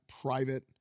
private